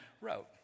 wrote